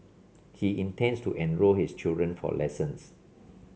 he intends to enrol his children for lessons